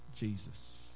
Jesus